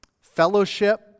fellowship